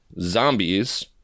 zombies